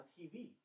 TV